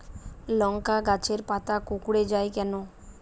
লংকা গাছের পাতা কুকড়ে যায় কেনো?